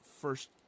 first